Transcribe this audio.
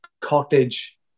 cottage